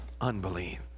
unbelief